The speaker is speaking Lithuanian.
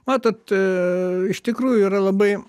matot iš tikrųjų yra labai